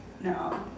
no